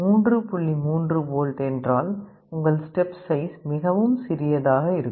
3 volt என்றால் உங்கள் step size மிகவும் சிறியதாக இருக்கும்